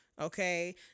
Okay